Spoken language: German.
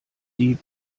dieb